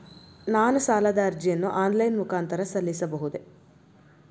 ನಾನು ಸಾಲದ ಅರ್ಜಿಯನ್ನು ಆನ್ಲೈನ್ ಮುಖಾಂತರ ಸಲ್ಲಿಸಬಹುದೇ?